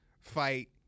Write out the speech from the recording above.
fight